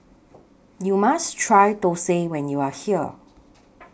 YOU must Try Thosai when YOU Are here